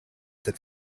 that